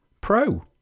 pro